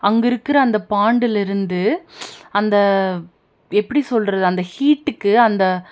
அங்கு இருக்கிற அந்த பாண்டுலிருந்து அந்த எப்படி சொல்கிறது அந்த ஹீட்டுக்கு அந்த